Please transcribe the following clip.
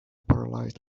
paralysed